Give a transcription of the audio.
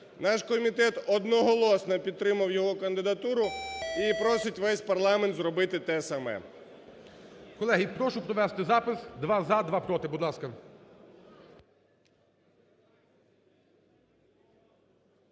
Наш комітет одноголосно підтримав його кандидатуру і просить весь парламент зробити те саме.